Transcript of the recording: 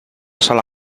sola